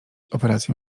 operację